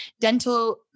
dental